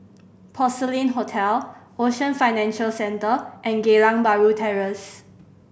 Porcelain Hotel Ocean Financial Centre and Geylang Bahru Terrace